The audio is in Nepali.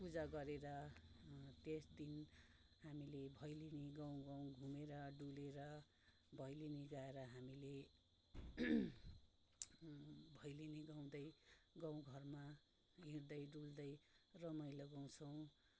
पूजा गरेर त्यस दिन हामीले भैलेनी गाउँ गाउँ घुमेर डुलेर भैलेनी गाएर हामीले भैलेनी गाउँदै गाउँघरमा हिँड्दै डुल्दै रमाइलो गाउँछौँ